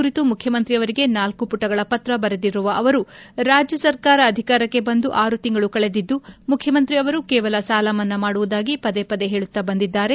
ಈ ಕುರಿತು ಮುಖ್ಯಮಂತ್ರಿಯವರಿಗೆ ನಾಲ್ಕು ಪುಟಗಳ ಪತ್ರ ಬರೆದಿರುವ ಅವರು ರಾಜ್ಯ ಸರ್ಕಾರ ಅಧಿಕಾರಕ್ಕೆ ಬಂದು ಆರು ತಿಂಗಳು ಕಳೆದಿದ್ದು ಮುಖ್ಯಮಂತ್ರಿ ಅವರು ಕೇವಲ ಸಾಲಮನ್ನಾ ಮಾಡುವುದಾಗಿ ಪದೆ ಪದೆ ಹೇಳುತ್ತಾ ಬಂದಿದ್ದಾರೆ